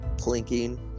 clinking